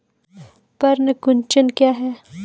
पर्ण कुंचन क्या है?